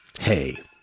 Hey